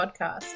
podcast